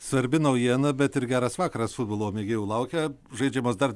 svarbi naujiena bet ir geras vakaras futbolo mėgėjų laukia žaidžiamos dar